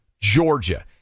Georgia